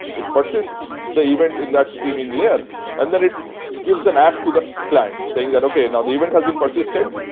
it persists the event in that streaming layer and then gives an act to the client saying that, okay. now the event has been persisted.